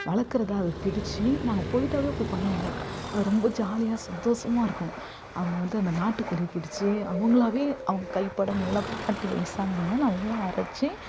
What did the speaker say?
வளர்க்கறத அதை பிடிச்சு நாங்கள் போயிட்டாலே அப்படி பண்ணுவாங்க அது ரொம்ப ஜாலியாக சந்தோஷமா இருக்கும் அவங்க வந்து அந்த நாட்டுக்கோழி பிடிச்சு அவங்களாவே அவங்க கைப்பட நல்ல பாட்டி வயசானவங்கள் நல்லா அரைச்சு